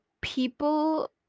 people